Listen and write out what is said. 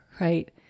right